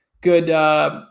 Good